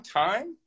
time